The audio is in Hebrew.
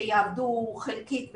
שיעבדו חלקית ובשחור,